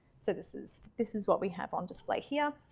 so this is this is what we have on display here.